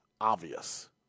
obvious